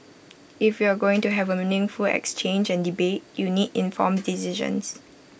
if you're going to have A meaningful exchange and debate you need informed decisions